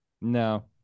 No